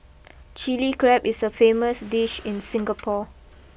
Chilli Crab is a famous dish in Singapore